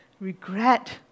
Regret